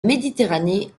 méditerranée